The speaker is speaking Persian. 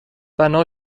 بنا